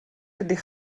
ydych